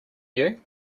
you